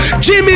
Jimmy